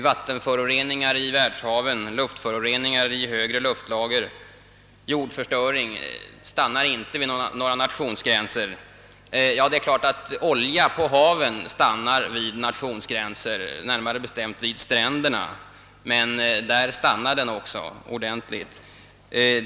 Vattenföroreningar i världshaven, luftföroreningar i högre luftlager och jordförstöring stannar inte vid några nationsgränser. Olja som släpps ut på haven stannar visserligen vid nationsgränserna — närmare bestämt vid stränderna — men där stannar den också ordentligt.